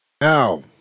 Now